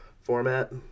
format